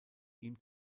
ihm